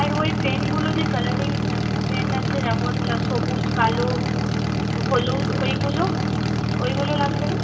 আর ওই পেনগুলো যে কালারিং পেন আছে যেমন সবুজ কালো হলুদ ওইগুলো ওইগুলো লাগবে না